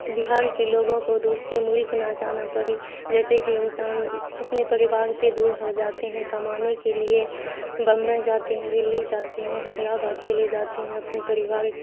بہار کے لوگوں کو دوسرے ملک نہ جانا پرے جیسے کہ انسان اپنے پریوار سے دور ہو جاتے ہیں کمانے کے لیے بمبے جاتے ہیں دلّی جاتے ہیں حیدرآباد چلے جاتے ہیں اپنے پریوار